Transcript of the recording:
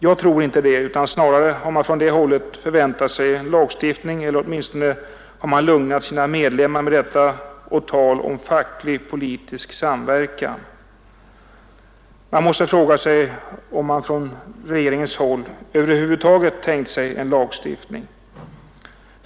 Jag tror inte det; snarare har man från det hållet förväntat sig en lagstiftning, eller åtminstone har man lugnat sina medlemmar med detta och med tal om ”facklig politisk samverkan”. Man måste fråga sig om regeringen över huvud taget tänkt sig en lagstiftning.